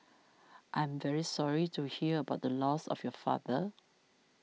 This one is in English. I'm very sorry to hear about the loss of your father